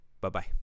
Bye-bye